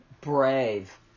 Brave